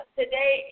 today